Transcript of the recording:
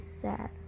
sad